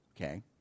Okay